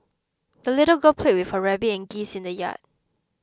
the little girl played with her rabbit and geese in the yard